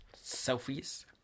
Selfies